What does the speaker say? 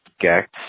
Gex